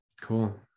Cool